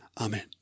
amen